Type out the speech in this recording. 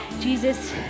jesus